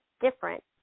different